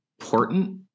important